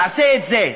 תעשה את זה,